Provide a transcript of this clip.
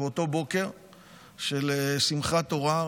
באותו בוקר של שמחת תורה,